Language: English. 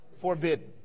Forbidden